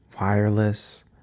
Wireless